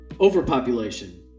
overpopulation